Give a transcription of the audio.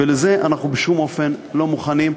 ולזה אנחנו בשום אופן לא מוכנים.